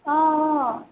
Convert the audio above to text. অঁ অঁ